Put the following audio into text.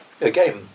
again